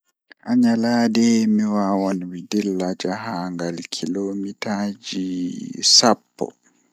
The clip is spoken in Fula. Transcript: Haa nyande mi wawan mi dilla jahangal kilomitaaji sappo.